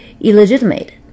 illegitimate